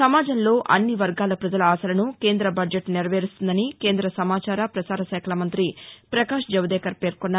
సమాజంలో అన్ని వర్గాల ప్రజల ఆశలను కేంద్ర బడ్జెట్ నెరవేరుస్తుందని కేంద్ర సమాచార పసారశాఖల మంతి పకాష్ జవదేకర్ పేర్కొన్నారు